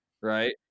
right